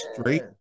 straight